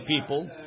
people